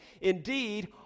Indeed